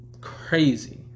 crazy